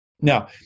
Now